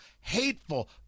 hateful